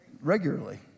Regularly